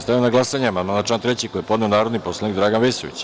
Stavljam na glasanje amandman na član 3. koji je podneo narodni poslanik Dragan Vesović.